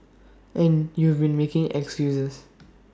and you've been making excuses